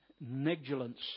negligence